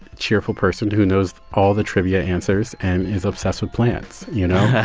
cheerful person who knows all the trivia answers and is obsessed with plants, you know?